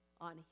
on